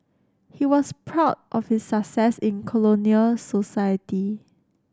he was proud of his success in colonial society